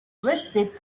listed